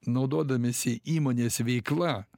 naudodamiesi įmonės veikla